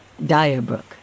Dyerbrook